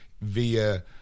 via